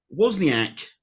Wozniak